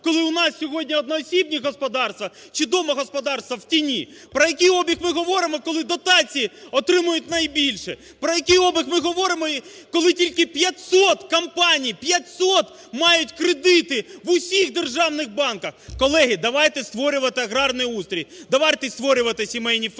коли у нас сьогодні одноосібні господарства чи домогосподарства в тіні?! Про який обіг ми говоримо, коли дотації отримують найбільше?! Про який обіг ми говоримо, коли тільки 500 компаній – 500! – мають кредити в усіх державних банках?! Колеги, давайте створювати аграрний устрій, давайте створювати сімейні ферми,